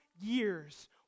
years